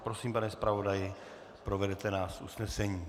Prosím, pane zpravodaji, provedete nás usnesením.